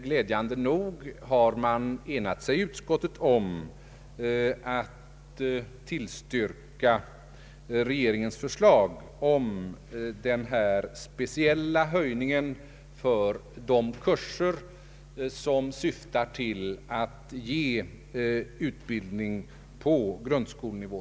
Glädjande nog har man enat sig i utskottet om att tillstyrka regeringens förslag om denna speciella höjning för de kurser som syftar till att ge utbildning på grundskolenivå.